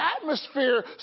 atmosphere